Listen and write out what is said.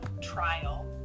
trial